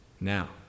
Now